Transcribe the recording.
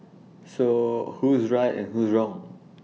so who's right and who's wrong